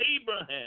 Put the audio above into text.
Abraham